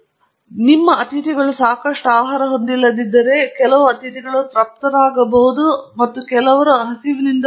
ಆದ್ದರಿಂದ ನಿಮ್ಮ ಅತಿಥಿಗಳು ಸಾಕಷ್ಟು ಆಹಾರ ಹೊಂದಿಲ್ಲದಿದ್ದರೆ ಕೆಲವು ಅತಿಥಿಗಳು ತೃಪ್ತರಾಗಬಹುದು ಮತ್ತು ಕೆಲವರು ಹಸಿವಿನಿಂದ ಹೋಗಬಹುದು